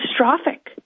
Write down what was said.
catastrophic